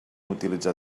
utilitzar